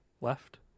left